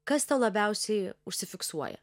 kas tau labiausiai užsifiksuoja